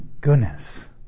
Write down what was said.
goodness